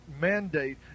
mandate